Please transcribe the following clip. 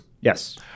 Yes